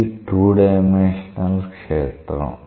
ఇది 2 డైమెన్షనల్ క్షేత్రం